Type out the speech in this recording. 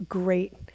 great